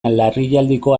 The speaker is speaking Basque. larrialdiko